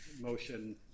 motion